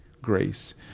grace